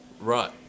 Right